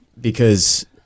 because-